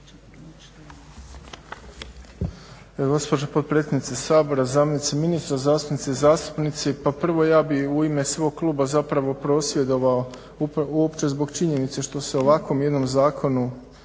Gospođo potpredsjednice Sabora, zamjenice ministra, zastupnice i zastupnici. Pa prvo ja bih u ime svog kluba zapravo prosvjedovao uopće zbog činjenice što sa ovakvim jednim zakonom